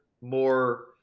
more